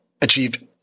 achieved